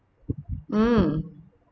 mm